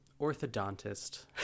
Orthodontist